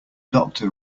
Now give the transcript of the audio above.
doctor